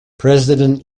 president